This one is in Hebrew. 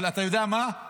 אבל אתה יודע מה,